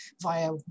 via